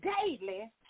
daily